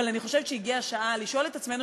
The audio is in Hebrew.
אבל אני חושבת שהגיעה השעה לשאול את עצמנו